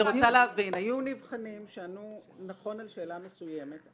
אני רוצה להבין: היו נבחנים שענו נכון על שאלה מסוימת,